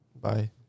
bye